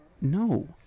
No